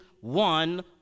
one